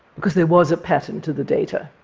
because there was a pattern to the data,